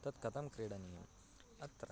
तत् कथं क्रीडनीयम् अत्र